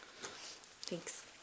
Thanks